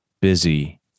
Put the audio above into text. busy